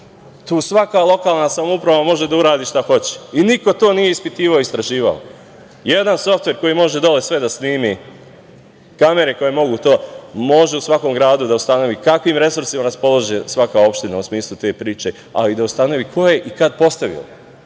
svaka lokalna samouprava može da uradi šta hoće i niko to nije ispitivao i istraživao. Jedan softver koji može dole sve da snimi, kamere koje mogu to, može u svakom gradu da ustanovi kakvim resursima raspolaže svaka opština u smislu te priče, ali i da ustanovi ko je i kada postavio.